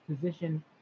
position